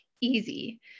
easy